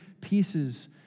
pieces